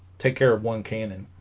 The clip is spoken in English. take care of one cannon